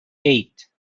eight